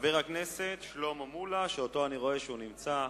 חבר הכנסת שלמה מולה, שאני רואה שהוא נמצא,